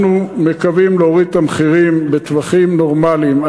אנחנו מקווים להוריד את המחירים בטווחים נורמליים.